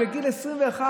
בגלל הצבא, בוודאי.